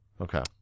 Okay